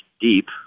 deep